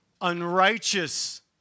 unrighteous